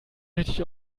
richtig